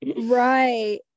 Right